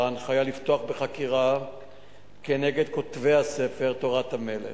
הנחיה לפתוח בחקירה כנגד כותבי הספר "תורת המלך"